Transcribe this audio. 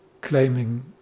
claiming